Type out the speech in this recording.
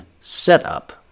setup